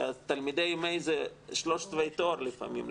לתלמידי MA זה שלושת רבעי תואר לפעמים,